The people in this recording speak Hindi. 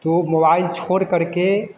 तो मोबाइल छोड़ करके